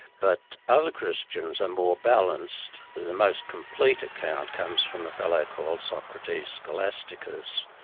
but other christians are more balanced the most complete account comes from a fellow called socrates scholasticus.